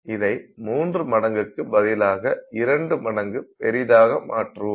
இதை மூன்று மடங்குக்கு பதிலாக இரண்டு மடங்கு பெரிதாக மாற்றுவோம்